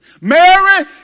Mary